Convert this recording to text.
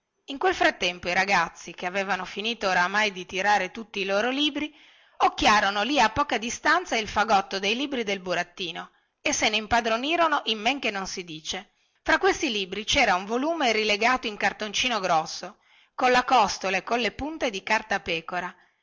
in quel frattempo i ragazzi che avevano finito oramai di tirare tutti i loro libri occhiarono lì a poca distanza il fagotto dei libri del burattino e se ne impadronirono in men che non si dice fra questi libri vera un volume rilegato in cartoncino grosso colla costola e colle punte di cartapecora